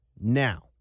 Now